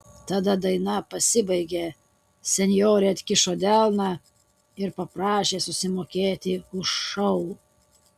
tada daina pasibaigė senjorė atkišo delną ir paprašė susimokėti už šou